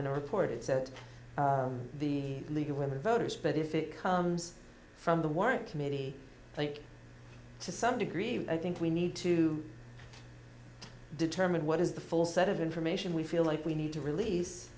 in a report it said the league of women voters but if it comes from the weren't committee i think to some degree i think we need to determine what is the full set of information we feel like we need to release